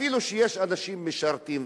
אפילו שיש אנשים שמשרתים,